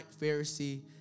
Pharisee